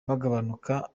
bagabanuka